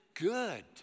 good